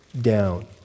down